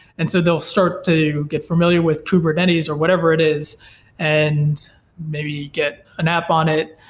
and so they'll start to get familiar with kubernetes, or whatever it is and maybe get an app on it,